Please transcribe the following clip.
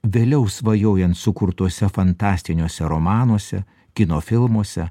vėliau svajojant sukurtuose fantastiniuose romanuose kino filmuose